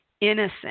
innocent